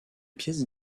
pièces